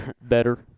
better